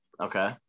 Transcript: Okay